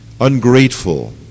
Ungrateful